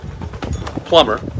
plumber